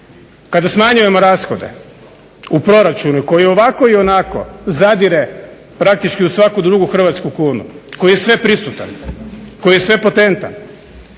Kada smanjujemo rashode u proračunu koji i ovako, i onako zadire praktički u svaku drugu hrvatsku kunu, koji je sveprisutan, koji je svepotentan